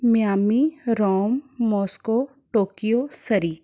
Miami Rome Moscow Tokyo Surrey